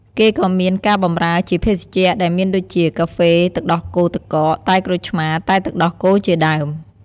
គេក៍មានការបម្រើ ជាភេសជ្ជៈ ដែលមានដូចជា កាហ្វេទឹកដោះគោទឹកកក តែក្រូចឆ្មារ តែទឹកដោះគោ ជាដើម។